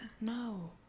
No